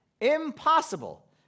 impossible